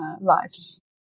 lives